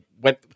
went